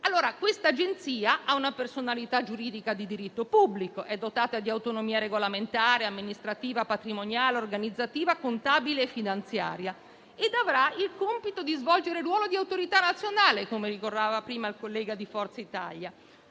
L'Agenzia ha una personalità giuridica di diritto pubblico, è dotata di autonomia regolamentare, amministrativa, patrimoniale, organizzativa, contabile e finanziaria, ed avrà il compito di svolgere il ruolo di Autorità nazionale, come ricordava prima un collega di Forza Italia,